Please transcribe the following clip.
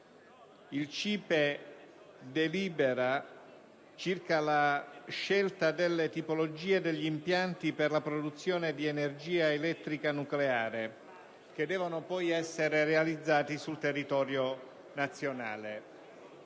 Il CIPE delibera circa la scelta delle tipologie degli impianti per la produzione di energia elettrica nucleare, che devono poi essere realizzati sul territorio nazionale,